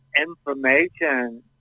information